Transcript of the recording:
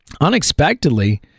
unexpectedly